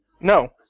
No